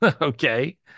Okay